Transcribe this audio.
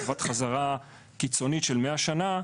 תקופת חזרה קיצונית של מאה שנה,